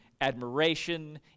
admiration